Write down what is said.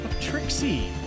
Trixie